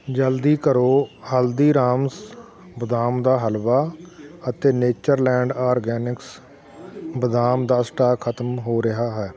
ਜਲਦੀ ਕਰੋ ਹਲਦੀਰਾਮਸ ਬਦਾਮ ਦਾ ਹਲਵਾ ਅਤੇ ਨੇਚਰ ਲੈਂਡ ਆਰਗੈਨਿਕਸ ਬਦਾਮ ਦਾ ਸਟਾਕ ਖਤਮ ਹੋ ਰਿਹਾ ਹੈ